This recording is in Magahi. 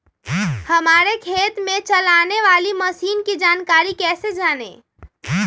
हमारे खेत में चलाने वाली मशीन की जानकारी कैसे जाने?